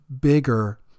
bigger